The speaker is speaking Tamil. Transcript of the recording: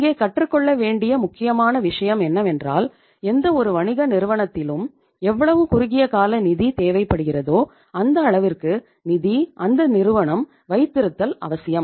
இங்கே கற்றுக்கொள்ள வேண்டிய முக்கியமான விஷயம் என்னவென்றால் எந்தவொரு வணிக நிறுவனத்திலும் எவ்வளவு குறுகிய கால நிதி தேவைப்படுகிறதோ அந்த அளவிற்கு நிதி அந்த நிறுவனம் வைத்திருத்தல் அவசியம்